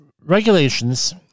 regulations